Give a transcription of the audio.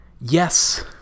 Yes